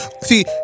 see